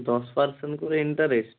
দশ পারসেন্ট করে ইন্টারেস্ট